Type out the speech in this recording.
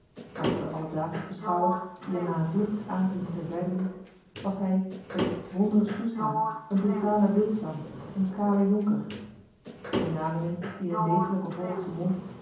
maar voor den alledaagschen beschouwer die hem na een vluchtig aanzien ter zijde liet was hij een wondre snoeshaan een brutale wildzang een kale jonker benamingen die in een degelijken hollandschen mond